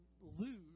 lose